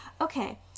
Okay